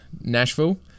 Nashville